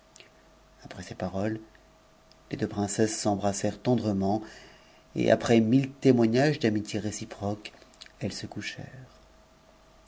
après cesparoles les deux princesses s'embrassèrent tendrement après mille témoignages d'amitié réciproque elles se